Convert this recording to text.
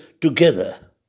together